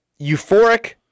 euphoric